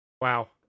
Wow